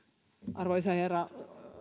arvoisa herra